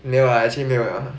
没有了 actually 没有了